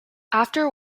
after